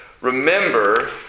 remember